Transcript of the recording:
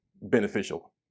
beneficial